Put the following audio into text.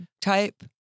type